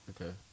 Okay